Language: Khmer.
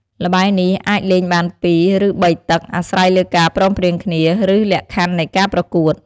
ល្បែងនេះអាចលេងបានពីរ ឬបីទឹក អាស្រ័យលើការព្រមព្រៀងគ្នា ឬលក្ខខណ្ឌនៃការប្រកួត។